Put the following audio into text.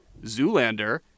Zoolander